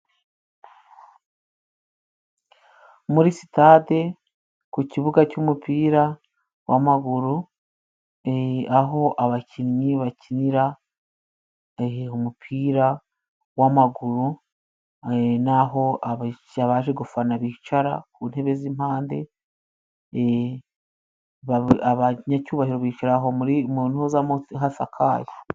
Muri sitade ku kibuga cy'umupira w'amaguru , aho abakinnyi bakinira umupira w'amaguru n'aho abaje gufana bicara ku ntebe z'impande, abanyacyubahiro bica aho muri mu ntuza hasakaye.